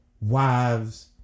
wives